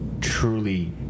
truly